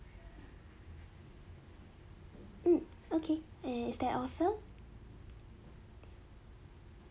hmm okay and is that all sir